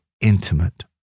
intimate